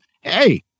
Hey